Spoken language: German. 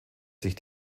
sich